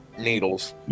needles